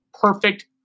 Perfect